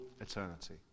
eternity